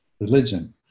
religion